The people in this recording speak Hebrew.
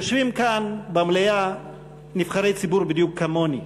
יושבים כאן במליאה נבחרי ציבור בדיוק כמוני,